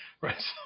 right